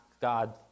God